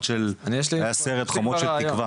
היה "סרט חומות של תקווה",